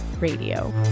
Radio